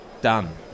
Done